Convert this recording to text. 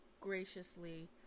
graciously